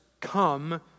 come